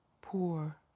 poor